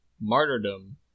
Martyrdom